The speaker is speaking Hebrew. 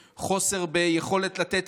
חוסר בנשות ואנשי צוות, חוסר ביכולת לתת,